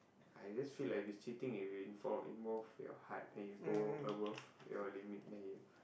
I just feel like if it's cheating if you inv~ involve your heart then you go above your limit then you